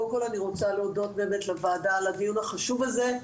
קודם כל אני רוצה להודות באמת לוועדה על הדיון החשוב הזה.